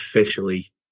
officially